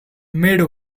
made